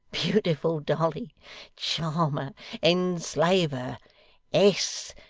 beautiful dolly charmer enslaver s.